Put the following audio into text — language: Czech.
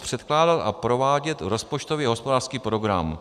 předkládat a provádět rozpočtový a hospodářský program.